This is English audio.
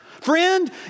Friend